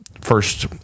first